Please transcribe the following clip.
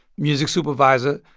music supervisor.